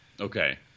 Okay